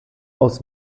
aus